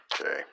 Okay